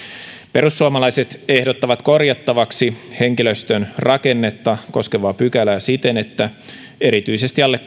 perussuomalaiset ehdottavat korjattavaksi henkilöstön rakennetta koskevaa pykälää siten että erityisesti alle